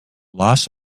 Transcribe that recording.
loss